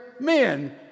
men